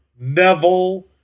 Neville